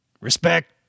Respect